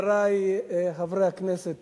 חברת הכנסת